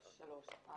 תוקף),